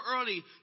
early